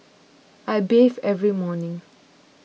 I bathe every morning